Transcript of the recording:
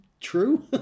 true